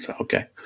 okay